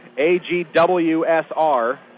A-G-W-S-R